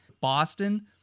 Boston